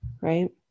right